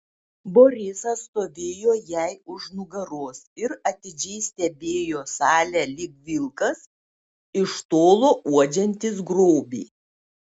borisas stovėjo jai už nugaros ir atidžiai stebėjo salę lyg vilkas iš tolo uodžiantis grobį